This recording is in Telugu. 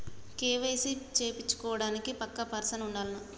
కే.వై.సీ చేపిచ్చుకోవడానికి పక్కా పర్సన్ ఉండాల్నా?